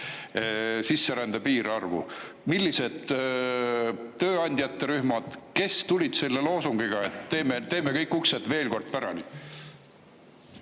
sisserände piirarvu. Millised olid tööandjate rühmad, kes tulid loosungiga, et teeme kõik uksed veel kord pärani?